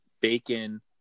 bacon